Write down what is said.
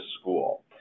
school